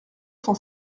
cent